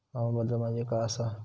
हवामान बदल म्हणजे काय आसा?